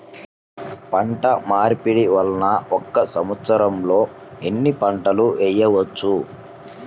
పంటమార్పిడి వలన ఒక్క సంవత్సరంలో ఎన్ని పంటలు వేయవచ్చు?